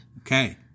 Okay